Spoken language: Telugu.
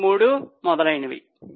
33 etcetera